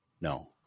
No